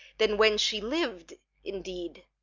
than when she liv'd indeed